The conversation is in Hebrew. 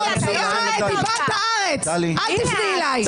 אל תפני אליי.